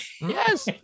Yes